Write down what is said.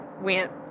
went